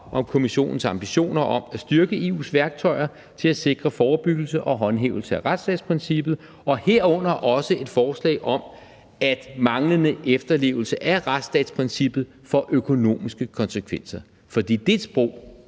om Kommissionens ambitioner om at styrke EU's værktøjer til at sikre forebyggelse og håndhævelse af retsstatsprincippet, herunder også et forslag om, at manglende efterlevelse af retsstatsprincippet får økonomiske konsekvenser. For det er et sprog,